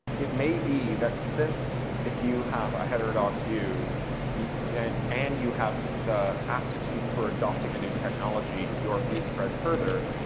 it may be that since if you have a heterodox view and and you have the aptitude for adopting a new technology your views spread further,